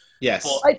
Yes